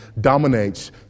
dominates